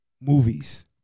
movies